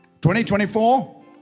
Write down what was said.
2024